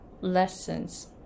lessons